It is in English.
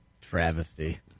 travesty